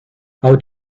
how